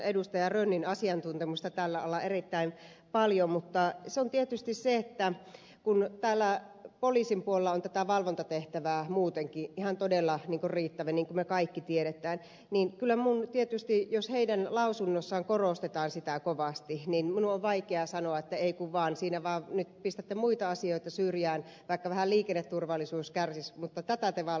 rönnin asiantuntemusta tällä alalla erittäin paljon mutta se on tietysti se että kun täällä poliisin puolella on tätä valvontatehtävää muutenkin ihan todella riittämiin niin kuin me kaikki tiedämme niin kyllä minun tietysti jos heidän lausunnossaan korostetaan sitä kovasti on vaikea sanoa että ei kun vaan siinä vaan nyt pistätte muita asioita syrjään vaikka vähän liikenneturvallisuus kärsisi mutta tätä te valvotte ja kunnolla